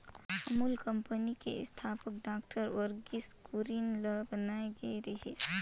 Amul company के संस्थापक doctor Verghese Kurien ल बनाए गे रिहिस